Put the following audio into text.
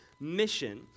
mission